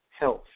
health